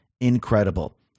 Incredible